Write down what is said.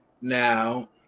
now